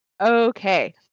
Okay